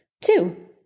Two